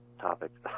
topics